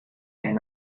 and